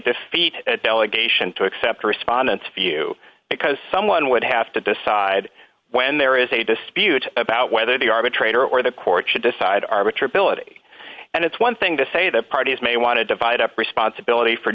defeat delegation to accept respondents view because someone would have to decide when there is a dispute about whether the arbitrator or the court should decide arbiter ability and it's one thing to say the parties may want to divide up responsibility for